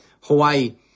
hawaii